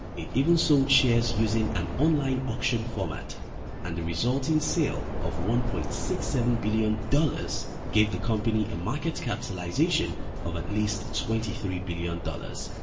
it even sold shares using an online auction format and the resulting sale of one point six seven billion dollars gave the company a market capitalization of at least twenty three billion dollars.